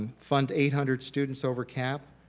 fund eight hundred students over cap,